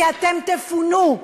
כי אתם תפונו,